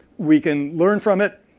we can learn from it,